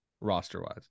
roster-wise